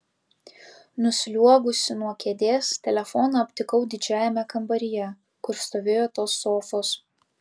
nusliuogusi nuo kėdės telefoną aptikau didžiajame kambaryje kur stovėjo tos sofos